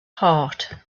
heart